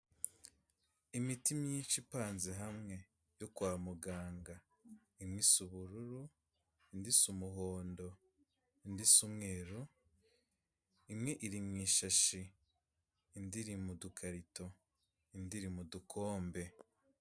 Imiti myinshi ipanze hamwe. yo kwa muganga. Imwe isa ubururu, indi isa umuhondo, indi isa umweru, imwe iri mu ishashi, indi iri mu udukarito, indi iri mu dukombe.